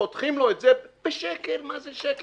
וכשחותכים לו את זה בשקל, מה זה שקל?